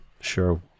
sure